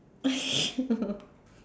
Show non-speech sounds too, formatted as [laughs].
[laughs]